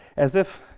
as if